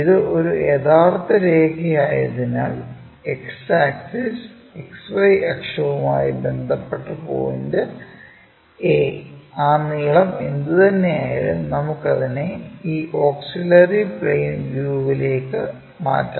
ഇത് ഒരു യഥാർത്ഥ രേഖയായതിനാൽ X ആക്സിസ് XY അക്ഷവുമായി ബന്ധപ്പെട്ട പോയിന്റ് a ആ നീളം എന്തുതന്നെയായാലും നമുക്ക് അതിനെ ഈ ഓക്സിലറി പ്ലെയിൻ വ്യൂവിലേക്കു മാറ്റും